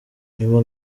nyuma